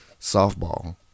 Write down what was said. Softball